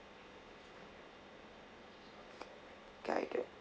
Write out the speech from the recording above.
guided